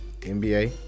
NBA